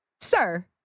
Sir